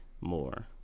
more